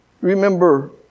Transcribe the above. remember